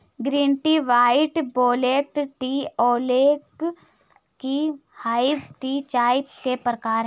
green tea white black tea oolong tea herbal tea चाय के प्रकार है